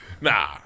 Nah